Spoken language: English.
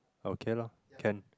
okay lah can